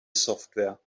software